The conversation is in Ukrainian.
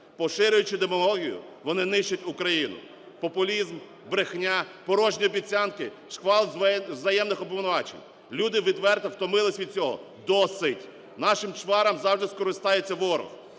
Поширюючи демагогію, вони нищать Україну. Популізм, брехня, порожні обіцянки, шквал взаємних обвинувачень – люди відверто втомилися від цього. Досить! Нашими чварами завжди скористається ворог.